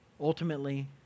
Ultimately